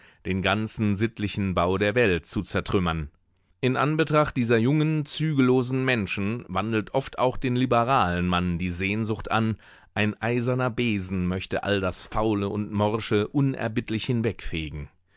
den ganzen sittlichen bau der welt zu zertrümmern in anbetracht dieser jungen zügellosen menschen wandelt oft auch den liberalen mann die sehnsucht an ein eiserner besen möchte all das faule und morsche unerbittlich hinwegfegen